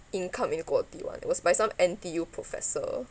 income inequality one it was by some N_T_U professor